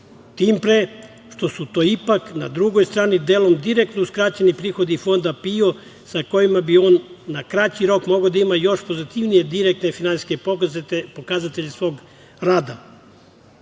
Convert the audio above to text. tim pre što su to ipak na drugoj strani delom direktno uskraćeni prihodi Fonda PIO sa kojima bi on na kraći rok mogao da ima još pozitivnije direktne finansijske pokazatelje svog